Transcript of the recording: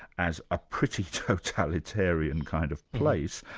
as a pretty totalitarian kind of place,